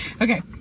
Okay